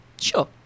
sure